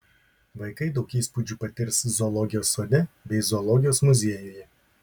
vaikai daug įspūdžių patirs zoologijos sode bei zoologijos muziejuje